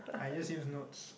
I use use notes